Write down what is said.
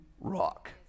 rock